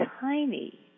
tiny